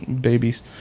babies